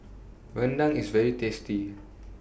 Rendang IS very tasty